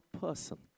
person